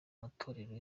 matorero